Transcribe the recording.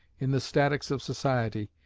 in the statics of society,